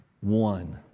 One